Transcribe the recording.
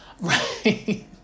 right